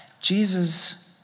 Jesus